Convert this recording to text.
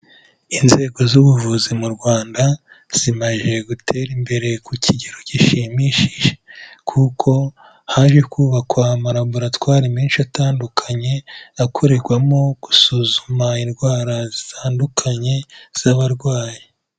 Inzego z'ubuvuzi mu Rwanda, zimaze gutera imbere ku kigero gishimishije kuko haje kubakwa amalaboratwari menshi atandukanye, akorerwamo gusuzuma indwara zitandukanye z'abarwayi.